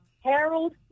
Harold